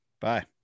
bye